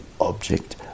object